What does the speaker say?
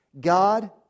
God